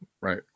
Right